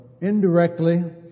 indirectly